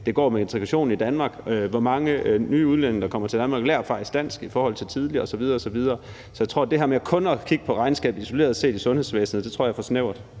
set går med integrationen i Danmark, og hvor mange af de nye udlændinge der kommer til Danmark der faktisk lærer dansk i forhold til tidligere osv. osv. Så jeg tror, at det her med kun at kigge på regnskabet i sundhedsvæsenet isoleret set, er for snævert.